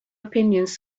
opinions